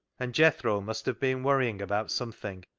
and jethro must have been worrying about something,